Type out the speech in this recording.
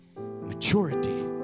maturity